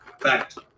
Fact